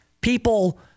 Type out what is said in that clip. people